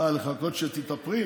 אה, לחכות שתתאפרי?